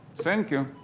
thank you.